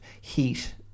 heat